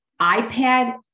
iPad